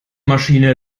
maschine